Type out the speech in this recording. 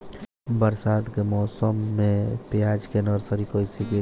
बरसात के मौसम में प्याज के नर्सरी कैसे गिरी?